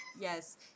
Yes